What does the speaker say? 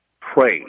pray